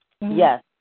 Yes